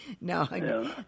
No